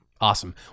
Awesome